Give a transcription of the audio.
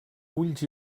ulls